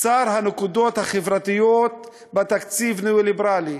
"שר הנקודות החברתיות בתקציב הניאו-ליברלי",